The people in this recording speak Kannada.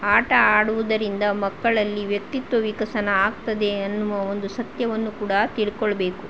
ಆಟ ಆಡುವುದರಿಂದ ಮಕ್ಕಳಲ್ಲಿ ವ್ಯಕ್ತಿತ್ವ ವಿಕಸನ ಆಗ್ತದೆ ಅನ್ನುವ ಒಂದು ಸತ್ಯವನ್ನು ಕೂಡ ತಿಳ್ಕೊಳ್ಬೇಕು